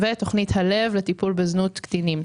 ותוכנית הלב לטיפול בזנות קטינים.